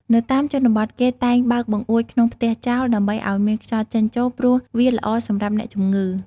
នៅតាមជនបទ គេតែងបើកបង្អួចក្នុងផ្ទះចោល ដើម្បីឱ្យមានខ្យល់ចេញចូល ព្រោះវាល្អសម្រាប់អ្នកជំងឺ។